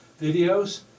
videos